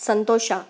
ಸಂತೋಷ